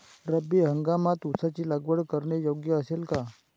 रब्बी हंगामात ऊसाची लागवड करणे योग्य असेल का?